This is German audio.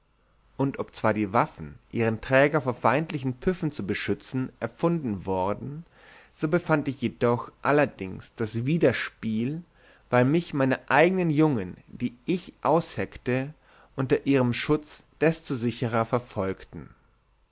und obzwar die waffen ihren träger vor feindlichen püffen zu beschützen erfunden worden so befand ich jedoch allerdings das widerspiel weil mich meine eigene jungen die ich ausheckte unter ihrem schutz desto sicherer verfolgten